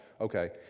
okay